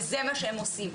וזה מה שהם עושים.